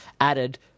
added